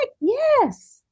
Yes